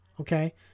Okay